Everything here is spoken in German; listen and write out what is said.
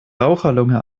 raucherlunge